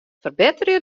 ferbetterje